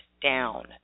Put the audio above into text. down